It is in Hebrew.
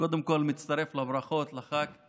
קודם כול, אני מצטרף לברכות לחבר הכנסת